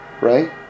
right